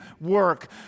work